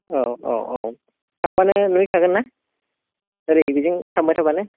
औ औ औ थांबानो नुयैखागोनना ओरै बेजों थांबाय थाबानो